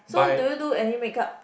so do you do any makeup